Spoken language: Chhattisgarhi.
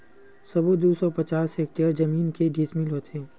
सबो दू सौ पचास हेक्टेयर जमीन के डिसमिल होथे?